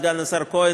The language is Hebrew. סגן השר כהן,